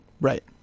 Right